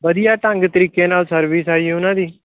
ਵਧੀਆ ਢੰਗ ਤਰੀਕੇ ਨਾਲ ਸਰਵਿਸ ਆ ਜੀ ਉਹਨਾਂ ਦੀ